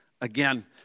again